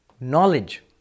knowledge